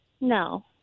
No